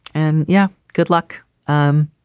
and yeah, good luck um